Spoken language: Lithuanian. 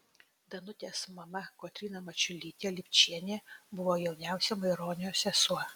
danutės mama kotryna mačiulytė lipčienė buvo jauniausia maironio sesuo